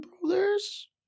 Brothers